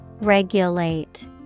Regulate